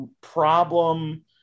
problem